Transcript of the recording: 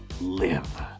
live